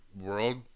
world